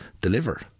deliver